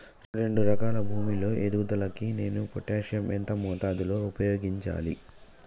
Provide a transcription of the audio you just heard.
రెండు ఎకరాల భూమి లో ఎదుగుదలకి నేను పొటాషియం ఎంత మోతాదు లో ఉపయోగించాలి?